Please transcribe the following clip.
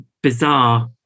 bizarre